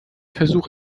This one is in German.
versuch